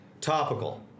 Topical